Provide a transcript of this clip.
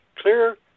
clear